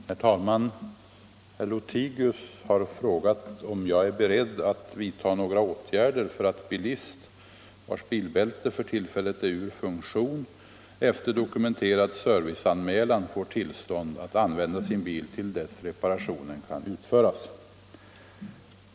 Herr talman! Herr Lothigius har frågat om jag är beredd att vidta några åtgärder för att bilist, vars bilbälte för tillfället är ur funktion, efter dokumenterad serviceanmälan får tillstånd att använda sin bil till dess reparationen kan utföras.